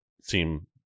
seem